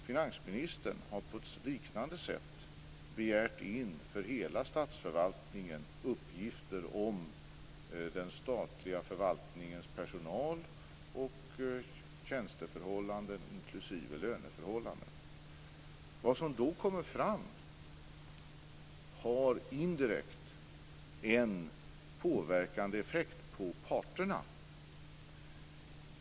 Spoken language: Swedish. Finansministern har på ett liknande sätt för hela statsförvaltningen begärt in uppgifter om den statliga förvaltningens personal och tjänsteförhållanden, inklusive löneförhållanden. Vad som då kommer fram har indirekt en påverkande effekt på parterna.